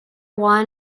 juan